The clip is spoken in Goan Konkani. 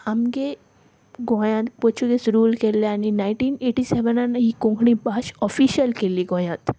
आमगे गोंयांत पोर्चुगेज रूल केल्ले आनी नायनटीन एटी सॅवनान ही कोंकणी भास ऑफिशल केल्ली गोंयांत